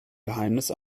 geheimnis